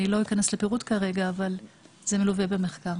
אני לא אכנס לפרטים כרגע אבל זה מלווה במחקר.